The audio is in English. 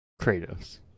Kratos